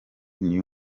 new